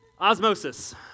osmosis